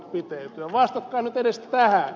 vastatkaa nyt edes tähän